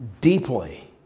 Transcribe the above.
deeply